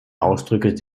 ausdrücke